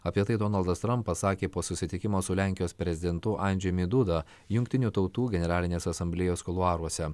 apie tai donaldas trampas sakė po susitikimo su lenkijos prezidentu andžejumi duda jungtinių tautų generalinės asamblėjos kuluaruose